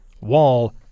Wall